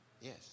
yes